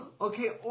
Okay